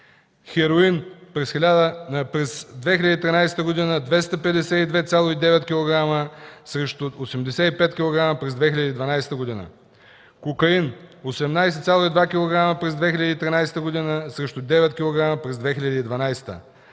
хероин – през 2013 г. 252,9 кг. срещу 85 кг. през 2012 г.; кокаин – 18,2 кг. през 2013 г. срещу 9 кг. през 2012 г.;